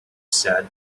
said